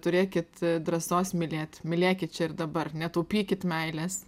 turėkit drąsos mylėt mylėkit čia ir dabar netaupykit meilės